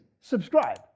subscribe